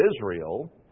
Israel